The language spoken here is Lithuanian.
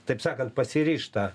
taip sakant pasiryžta